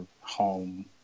home